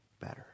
better